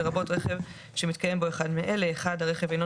לרבות רכב שמתקיים בו אחד מאלה: (1)הרכב אינו